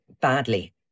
badly